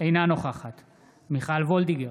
אינה נוכחת מיכל וולדיגר,